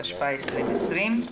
התשפ"א-2020.